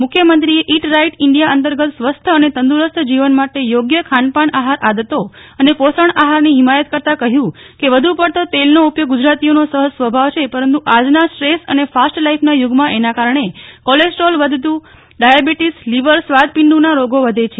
મુખ્યમંત્રીએ eat right India અંતર્ગ સ્વસ્થ અને તંદુરસ્ત જીવન માટે યોગ્ય ખાન પાન આહાર આદતો અને પોષક આહારની હિમાયત કરતા કહ્યું કે વધુ પડતો તેલનો ઉપયોગ ગુજરાતીઓનો સહજ સ્વભાવ છે પરંતુ આજના સ્ટ્રેસ અને ફાસ્ટ લાઈફના યુગમાં એના કારણે કોલેસ્ટ્રોલ વધવું ડાયાબીટીસ લીવર સ્વાદુપીંડના રોગો વધે છે